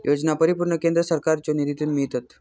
योजना पूर्णपणे केंद्र सरकारच्यो निधीतून मिळतत